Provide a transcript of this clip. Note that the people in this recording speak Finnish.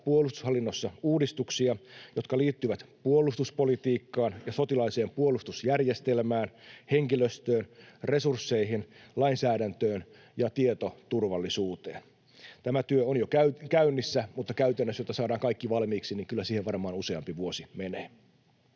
puolustushallinnossa uudistuksia, jotka liittyvät puolustuspolitiikkaan ja sotilaalliseen puolustusjärjestelmään, henkilöstöön, resursseihin, lainsäädäntöön ja tietoturvallisuuteen. Tämä työ on jo käynnissä, mutta käytännössä, jotta saadaan kaikki valmiiksi, kyllä siihen varmaan useampi vuosi menee.